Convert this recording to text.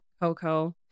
Coco